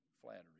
flattery